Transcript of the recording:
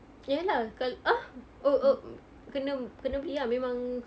ya lah kal~ ah oh oh mm kena kena beli ah memang